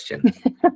question